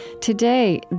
Today